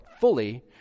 fully